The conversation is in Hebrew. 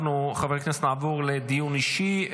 חברי הכנסת, נעבור לדיון אישי.